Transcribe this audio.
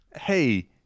hey